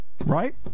right